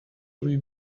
rue